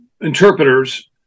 interpreters